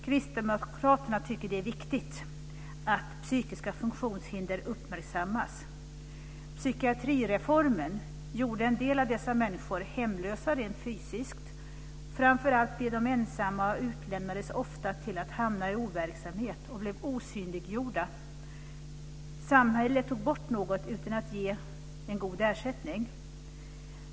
Kristdemokraterna tycker att det är viktigt att psykiska funktionshinder uppmärksammas. Psykiatrireformen gjorde en del av dessa människor hemlösa rent fysiskt, framför allt blev de ensamma och utlämnades ofta till att hamna i overksamhet och blev osynliggjorda. Samhället tog bort något utan att ge en god ersättning.